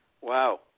Wow